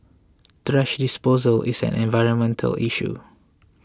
thrash disposal is an environmental issue